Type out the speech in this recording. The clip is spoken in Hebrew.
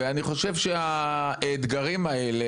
אני חושב שהאתגר הזה,